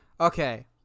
okay